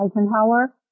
Eisenhower